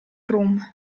rum